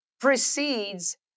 precedes